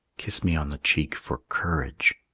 kiss me on the cheek for courage,